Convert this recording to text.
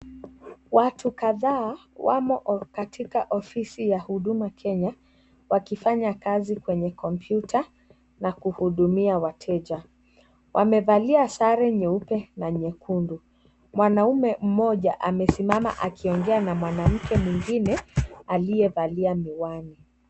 Watu kadhaa wamo katika ofisi ya huduma kenya wakifanya kazi kwenye kompyuta na kuhudumia wateja. Wamevalia sare nyeupe na nyekundu , mwanaume mmoja amesimama akiongea na mwanamke mwingine aliyevalia miwani.